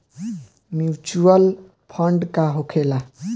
Mutual fund का होखेला?